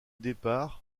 départ